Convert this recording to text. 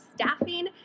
staffing